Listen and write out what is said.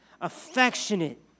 affectionate